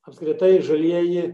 apskritai žalieji